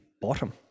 bottom